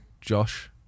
Josh